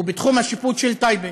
הוא בתחום השיפוט של טייבה.